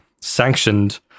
sanctioned